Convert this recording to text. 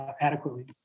adequately